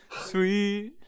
Sweet